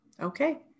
Okay